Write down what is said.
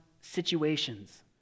situations